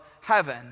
heaven